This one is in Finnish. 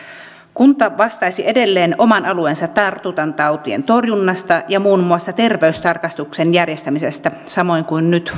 kunta vastaisi edelleen oman alueensa tartuntatautien torjunnasta ja muun muassa terveystarkastuksen järjestämisestä samoin kuin nyt